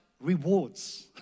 rewards